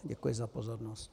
Děkuji za pozornost.